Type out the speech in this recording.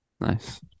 nice